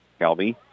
Kelby